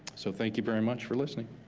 so thank you very much for listening.